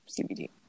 cbd